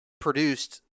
produced